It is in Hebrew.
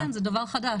כן, זה דבר חדש.